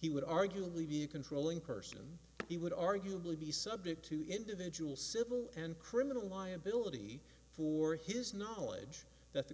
he would arguably be controlling person he would arguably be subject to individual civil and criminal liability for his knowledge that the